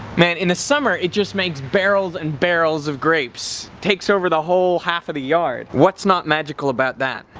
man, in the summer, it just makes barrels and barrels of grapes, takes over the whole half of the yard. what's not magical about that?